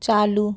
चालू